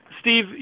Steve